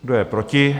Kdo je proti?